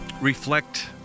reflect